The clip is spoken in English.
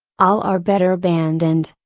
all are better abandoned,